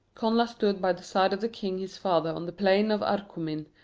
connla stood by the side of the king his father on the plain of arcomin,